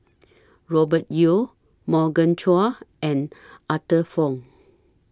Robert Yeo Morgan Chua and Arthur Fong